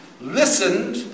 listened